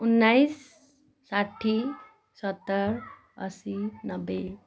उन्नाइस साठ्ठी सत्तर अस्सी नब्बे